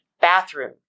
bathroom